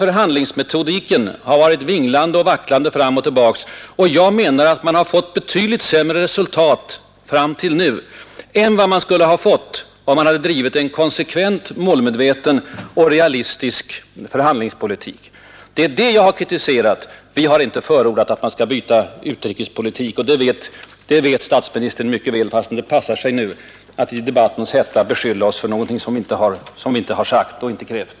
Förhandlingsmetodiken har alltså varit vinglande och vacklande fram och tillbaka. Jag menar att vi har fått betydligt sämre resultat fram till nu än vad vi skulle ha fått, om vi drivit en konsekvent, målmedveten och realistisk förhandlingspolitik. Det är det jag har kritiserat. Vi har inte förordat att Sverige skulle ändra sin utrikespolitik. Det vet statsministern mycket väl, fastän det passar att i debattens hetta beskylla oss för någonting som vi aldrig har sagt och aldrig gjort.